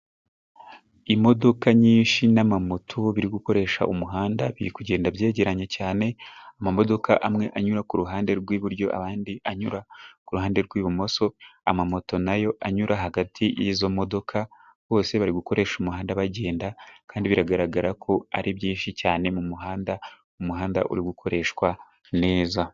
Imodoka nyinshi n'amamoto biri gukoresha umuhanda biri kugenda byegeranye cyane, amamodoka amwe anyura kuruhande rw'iburyo andi anyura kuruhande rw'ibumoso, amamoto nayo anyura hagati y'izo modoka, bose bari gukoresha umuhanda bagenda kandi biragaragara ko ari byinshi cyane mu muhanda, umuhanda uri gukoreshwa neza.